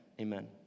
Amen